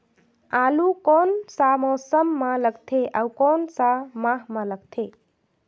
आलू कोन सा मौसम मां लगथे अउ कोन सा माह मां लगथे?